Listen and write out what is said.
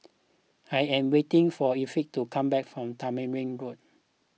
I am waiting for Effie to come back from Tamarind Road